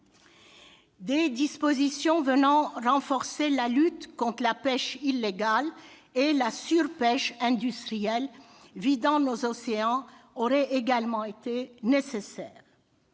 Des dispositions venant renforcer la lutte contre la pêche illégale et la surpêche industrielle vidant nos océans auraient également été nécessaires.